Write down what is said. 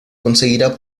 conseguirá